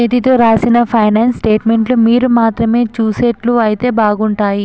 చేతితో రాసిన ఫైనాన్స్ స్టేట్మెంట్లు మీరు మాత్రమే చూసేట్లు అయితే బాగుంటాయి